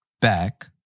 back